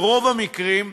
ברוב המקרים,